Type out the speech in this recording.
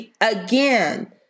again